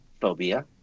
phobia